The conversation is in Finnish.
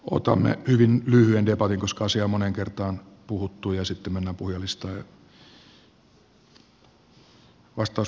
otamme hyvin lyhyen debatin koska asia on moneen kertaan puhuttu ja sitten mennään puhujalistaan